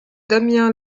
damien